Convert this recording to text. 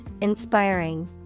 inspiring